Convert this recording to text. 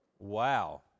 Wow